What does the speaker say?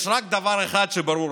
יש רק דבר אחד ברור: